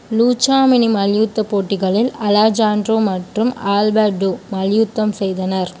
Lucha mini மல்யுத்தப் போட்டிகளில் Alejandro மற்றும் ஆல்பர்டோ மல்யுத்தம் செய்தனர்